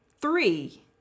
Three